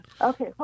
Okay